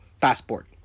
passport